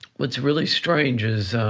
what's really strange is,